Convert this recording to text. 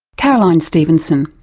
caroline stevenson.